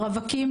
רווקים,